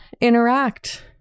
interact